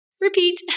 Repeat